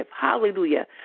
Hallelujah